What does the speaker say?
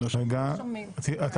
בוקר טוב ותודה